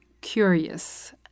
curious